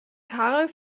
karl